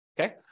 Okay